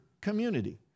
community